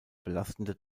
belastende